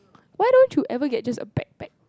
why don't you ever get just a bag pack